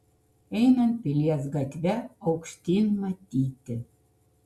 einant pilies gatve aukštyn matyti